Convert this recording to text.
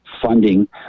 funding